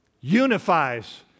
unifies